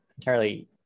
entirely